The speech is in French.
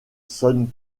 sonne